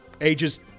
ages